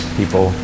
people